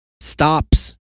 stops